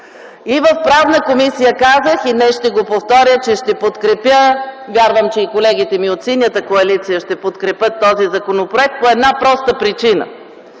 И в Правната комисия казах, и днес ще го повторя, че ще подкрепя, вярвам, че и колегите ми от Синята коалиция ще подкрепят този законопроект по една проста причина.